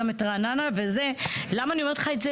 גם את רעננה וזה למה אני אומרת לך את זה?